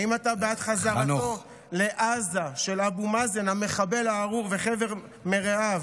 האם אתה בעד חזרתם לעזה של אבו מאזן המחבל הארור וחבר מרעיו?